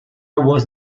was